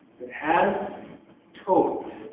that has tobit,